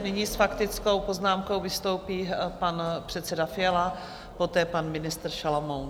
Nyní s faktickou poznámkou vystoupí pan předseda Fiala, poté pan ministr Šalomoun.